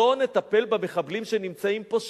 בואו נטפל במחבלים שנמצאים פה,